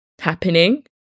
happening